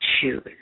choose